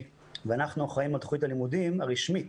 ואנחנו אחראים על תוכנית הלימודים הרשמית